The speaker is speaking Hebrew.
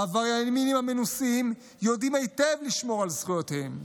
העבריינים המנוסים יודעים היטב לשמור על זכויותיהם,